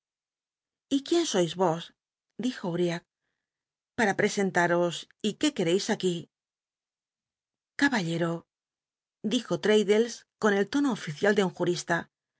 y quién sois i'os dijo uriab para jh'cscnlaros y qué quereis aquí caballero dijo traddles con el tono oficial de un juisla